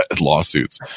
lawsuits